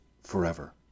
forever